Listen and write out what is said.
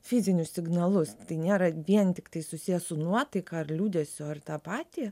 fizinius signalus tai nėra vien tiktai susiję su nuotaika ar liūdesiu ar ta aptija